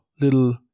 little